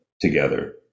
together